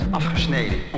afgesneden